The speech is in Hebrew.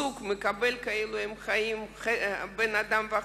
זוג מקבל כאילו הם חיים בן-אדם וחצי,